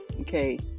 okay